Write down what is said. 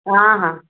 ହଁ ହଁ